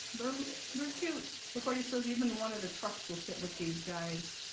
they're um they're cute, so courtney says even one of the trucks will fit with these guys